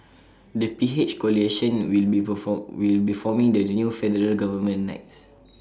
the PH coalition will be forming the new federal government next